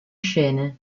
scene